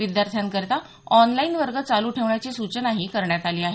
विद्यार्थ्यांकरता ऑनलाईन वर्ग चालू ठेवण्याची सूचनाही करण्यात आली आहे